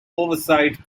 oversight